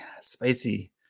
spicy